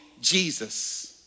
Jesus